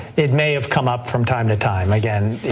it may have come up from time to time. again,